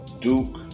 Duke